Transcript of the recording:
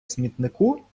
смітнику